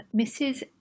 Mrs